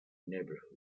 neighborhood